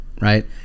right